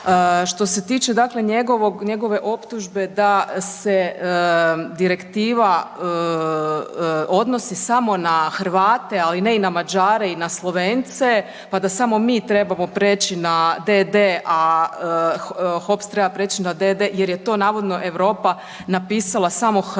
njegovog, njegove optužbe da se direktiva odnosi samo na Hrvate, ali ne i na Mađare i na Slovence, pa da samo mi trebamo preći na d.d., a HOPS treba preći na d.d. jer je to navodno Europa napisala samo Hrvatskoj